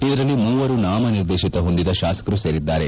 ಇದರಲ್ಲಿ ಮೂವರು ನಾಮ ನಿರ್ದೇತನ ಹೊಂದಿದ ಶಾಸಕರು ಸೇರಿದ್ದಾರೆ